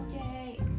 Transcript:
Okay